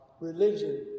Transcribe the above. religion